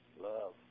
love